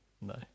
No